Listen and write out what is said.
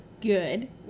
good